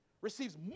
receives